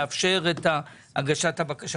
לאפשר את הגשת הבקשה.